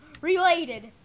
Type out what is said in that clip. Related